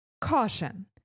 caution